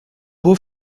beau